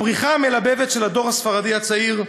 הפריחה המלבבת של הדור הספרדי הצעיר,